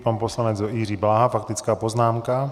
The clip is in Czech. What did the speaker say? Pan poslanec Jiří Bláha, faktická poznámka.